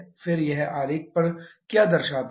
फिर यह आरेख पर क्या दर्शाता है